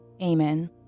Amen